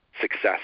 Success